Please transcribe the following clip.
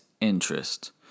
interest